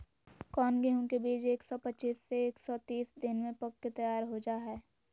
कौन गेंहू के बीज एक सौ पच्चीस से एक सौ तीस दिन में पक के तैयार हो जा हाय?